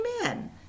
amen